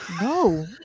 No